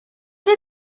did